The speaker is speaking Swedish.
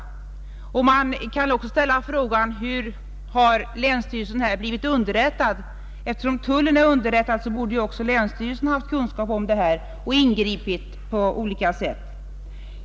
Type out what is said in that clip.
Man kan också ställa frågan: Har länsstyrelsen blivit underrättad? Eftersom tullen är underrättad borde också länsstyrelsen ha haft kunskap om detta och ingripit på olika sätt.